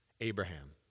Abraham